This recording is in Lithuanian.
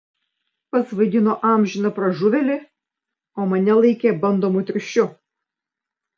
pats vaidino amžiną pražuvėlį o mane laikė bandomu triušiu